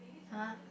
!huh!